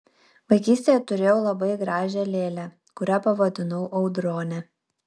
vaikystėje turėjau labai gražią lėlę kurią pavadinau audrone